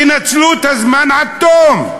תנצלו את הזמן עד תום.